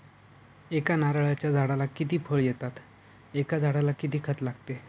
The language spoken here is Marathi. एका नारळाच्या झाडाला किती फळ येतात? एका झाडाला किती खत लागते?